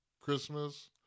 Christmas